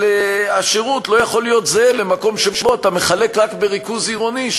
והשירות לא יכול להיות זהה למקום שבו אתה מחלק רק בריכוז עירוני,